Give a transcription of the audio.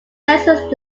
census